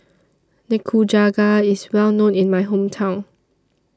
Nikujaga IS Well known in My Hometown